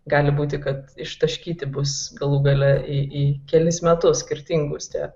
gali būti kad ištaškyti bus galų gale į į kelis metus skirtingus tie